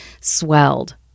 swelled